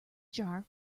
jar